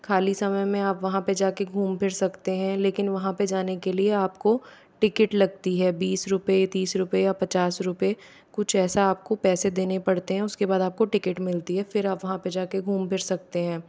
खाली समय में आप वहाँ पे जाकर घूम फिर सकते हैं लेकिन वहाँ पे जाने के लिए आपको टिकट लगती हैं बीस रुपये तीस रुपये या पचास रुपये कुछ ऐसा आपको पैसे देने पड़ते हैं उसके बाद आपको टिकट मिलती है फिर आप वहाँ जाकर घूम फिर सकते हैं